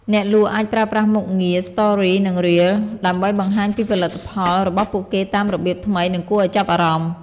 អ្នកលក់អាចប្រើប្រាស់មុខងារ Stories និង Reels ដើម្បីបង្ហាញពីផលិតផលរបស់ពួកគេតាមរបៀបថ្មីនិងគួរឱ្យចាប់អារម្មណ៍។